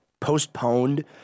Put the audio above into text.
postponed